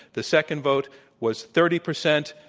the second vote was thirty percent.